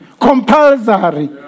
compulsory